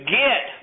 get